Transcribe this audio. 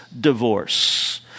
divorce